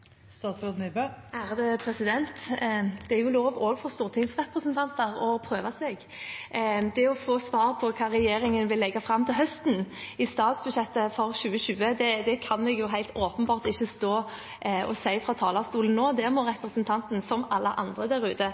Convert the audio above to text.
Det er lov å prøve seg også for stortingsrepresentanter. Svar på hva regjeringen vil legge fram til høsten i forslaget til statsbudsjett for 2020, kan jeg selvfølgelig ikke stå her på talerstolen og gi nå. Det må representanten Knutsdatter Strand – som alle andre der ute